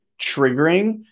triggering